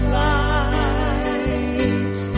light